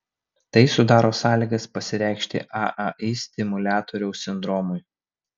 tai sudaro sąlygas pasireikšti aai stimuliatoriaus sindromui